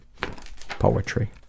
Poetry